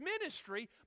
ministry